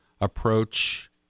approach